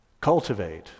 cultivate